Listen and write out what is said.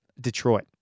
Detroit